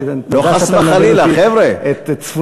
אתה יודע שאתה מלמד אותי את צפונות,